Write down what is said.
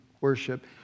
worship